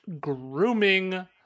grooming